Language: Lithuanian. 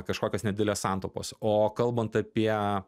kažkokios nedidelės santaupos o kalbant apie